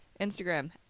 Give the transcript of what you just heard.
Instagram